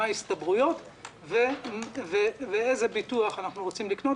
מה ההסתברויות ואיזה ביטוח אנחנו רוצים לקנות